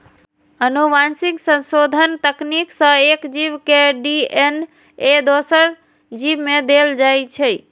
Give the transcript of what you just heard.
आनुवंशिक संशोधन तकनीक सं एक जीव के डी.एन.ए दोसर जीव मे देल जाइ छै